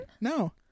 No